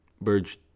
birds